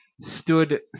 stood